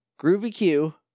GroovyQ